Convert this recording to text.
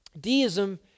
Deism